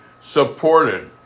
supported